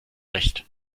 recht